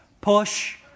push